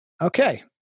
Okay